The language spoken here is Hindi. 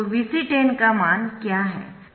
तो Vc10 का मान क्या है